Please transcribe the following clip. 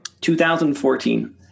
2014